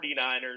49ers